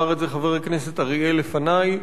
אמר את זה חבר הכנסת אריאל לפני,